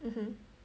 mmhmm